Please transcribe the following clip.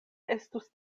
estus